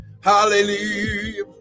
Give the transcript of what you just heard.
Hallelujah